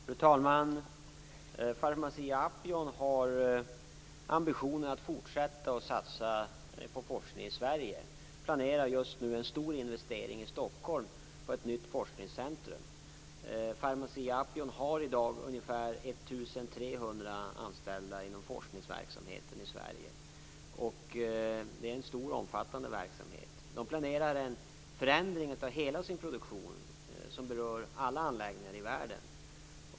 Fru talman! Pharmacia & Upjohn har ambitionen att fortsätta att satsa på forskning i Sverige. Man planerar just nu en stor investering i ett nytt forskningscentrum i Stockholm. Pharmacia & Upjohn har i dag ca 1 300 anställda inom forskningsverksamheten i Sverige. Det är en stor och omfattande verksamhet. Man planerar nu en förändring av hela sin produktion som berör alla anläggningar i världen.